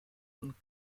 und